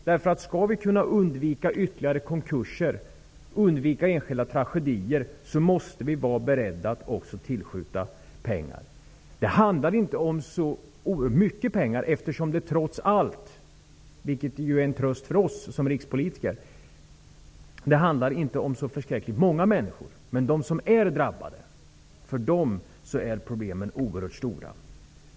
Om vi skall kunna undvika ytterligare konkurser och enskilda tragedier måste vi också vara beredda att skjuta till pengar. Det handlar inte om så oerhört mycket pengar, eftersom det trots allt, vilket är en tröst för oss rikspolitiker, inte är så förskräckligt många människor som berörs. Men för dem som är drabbade är problemen oerhört stora.